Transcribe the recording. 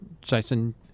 jason